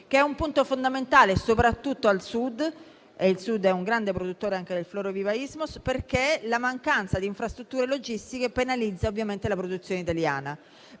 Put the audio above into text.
che è un punto fondamentale, soprattutto al Sud, grande produttore del florovivaismo, perché la mancanza di infrastrutture logistiche penalizza la produzione italiana.